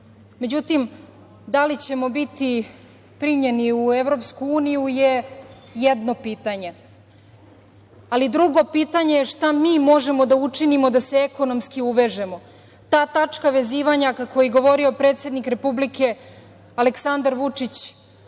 put.Međutim, da li ćemo biti primljeni u Evropsku uniju je jedno pitanje, ali drugo pitanje je šta mi možemo da učinimo da se ekonomski uvežemo? Ta tačka vezivanja, kako je govorio predsednik Republike, Aleksandar Vučić,